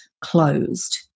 closed